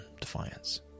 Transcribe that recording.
defiance